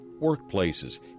workplaces